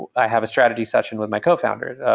i have a strategy session with my cofounder.